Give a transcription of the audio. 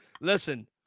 listen